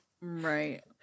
Right